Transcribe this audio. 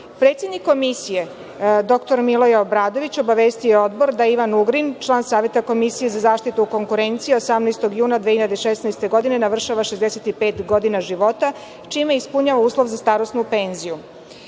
Ugrin. Predsednik Komisije dr Miloje Obradović obavestio je Odbor da Ivan Ugrin, član Saveta komisije za zaštitu konkurencije 18. juna 2016. godine navršava 65 godina života, čime ispunjava uslov za starosnu penziju.